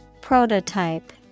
Prototype